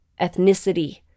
ethnicity